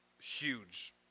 huge